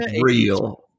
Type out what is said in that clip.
real